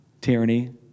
tyranny